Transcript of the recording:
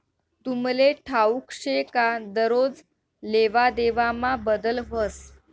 तुमले ठाऊक शे का दरोज लेवादेवामा बदल व्हस